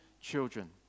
children